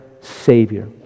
Savior